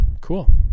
cool